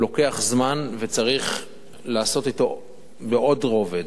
הוא לוקח זמן וצריך לעשות אתו בעוד רובד,